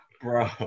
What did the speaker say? Bro